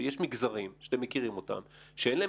יש מגזרים שאתם מכירים אותם שאין להם